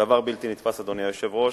הדבר בלתי נתפס, אדוני היושב-ראש.